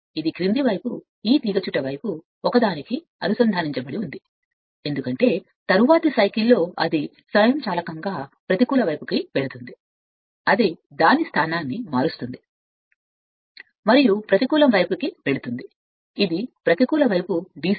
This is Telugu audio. ఇది క్రింది వైపు ఈ తీగచుట్ట వైపు ఒకదానికి అనుసంధానించబడి ఉంది ఎందుకంటే తరువాతి సైకిల్ అది స్వయంచాలకంగా ప్రతికూల వైపుకు వెళుతుంది అది దాని స్థానాన్ని మారుస్తుంది మరియు ప్రతికూలం కి వెళుతుంది మీరు వీటిని నెప్రతికూల వైపు అని పిలుస్తారు